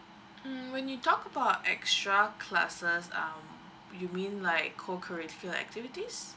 mm when you talk about extra classes um you mean like co curricular activities